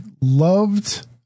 loved